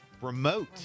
Remote